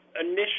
Initially